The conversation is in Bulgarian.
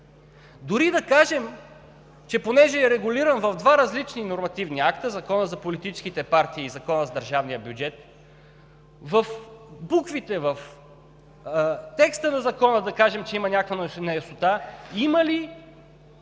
Дори да кажем, че понеже е регулиран в два различни нормативни акта – Закона за политическите партии и Закона за държавния бюджет, в буквите, в текста на Закона да кажем, че има някаква неяснота, има ли